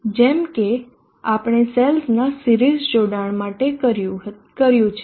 જેમ કે આપણે સેલ્સનાં સિરીઝ જોડાણ માટે કર્યું છે